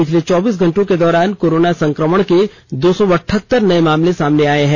पिछले चौबीस घंटों के दौरान कोरोना संक्रमण के दो सौ अठहत्तर नए मामले सामने आए हैं